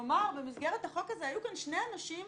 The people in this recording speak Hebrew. כלומר, במסגרת החוק הזה, היו כאן שני אנשים